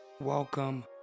Welcome